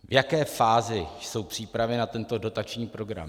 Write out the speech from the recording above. V jaké fázi jsou přípravy na tento dotační program?